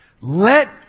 Let